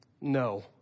No